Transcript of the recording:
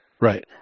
Right